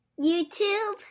YouTube